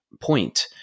point